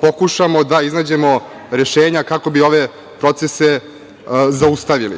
pokušamo da iznađemo rešenja, kako bi ove procese zaustavili.